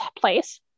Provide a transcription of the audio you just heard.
place